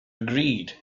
agreed